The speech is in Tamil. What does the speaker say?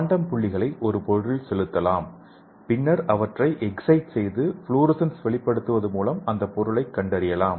குவாண்டம் புள்ளிகளை ஒரு பொருளில் செலுத்தலாம் பின்னர் அவற்றை எக்சைட் செய்து புளூரசண்ஸ் வெளிப்படுவது மூலம் அந்தப் பொருளை கண்டறியலாம்